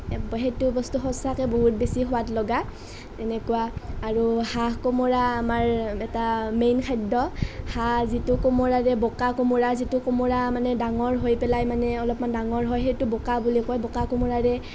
সেইটো বস্তু সঁচাকৈ বহুত বেছি সোৱাদ লগা তেনেকুৱা আৰু হাঁহ কোমোৰা আমাৰ এটা মেইন খাদ্য হাঁহ যিটো কোমোৰাৰে বোকা কোমোৰা যিটো কোমোৰা মানে ডাঙৰ হৈ পেলাই মানে অলপমান ডাঙৰ হয় সেইটো বকা বুলি কয় বকা কোমোৰাৰে